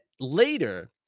later